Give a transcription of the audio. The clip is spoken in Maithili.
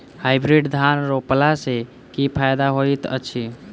हाइब्रिड धान रोपला सँ की फायदा होइत अछि?